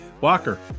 Walker